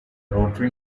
rotary